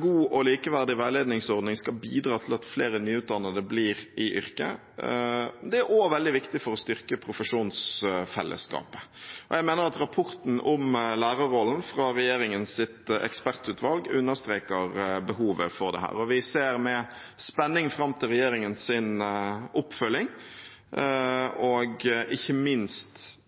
god og likeverdig veiledningsordning skal bidra til at flere nyutdannede blir i yrket. Det er også veldig viktig for å styrke profesjonsfellesskapet. Jeg mener at rapporten om lærerrollen fra regjeringens ekspertutvalg understreker behovet for dette. Vi ser med spenning fram til regjeringens oppfølging. Ikke minst